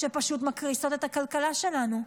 שפשוט מקריסות את הכלכלה שלנו,